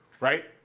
right